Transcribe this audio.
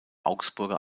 augsburger